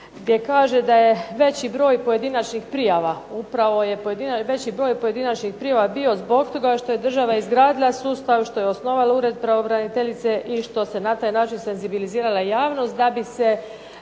gdje kaže da je veći broj pojedinačnih prijava bio zbog toga što je država izgradila sustav, što je osnovala ured pravobraniteljice, i što se na taj način senzibilizirala javnost da bi se